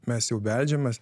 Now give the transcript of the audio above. mes jau beldžiamės